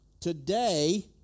Today